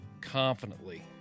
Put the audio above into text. confidently